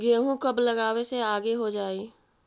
गेहूं कब लगावे से आगे हो जाई?